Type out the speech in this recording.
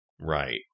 Right